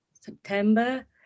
September